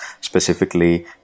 specifically